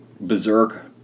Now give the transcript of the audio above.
berserk